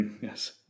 Yes